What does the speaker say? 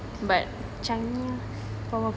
but